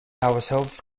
ourselves